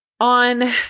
On